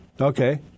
Okay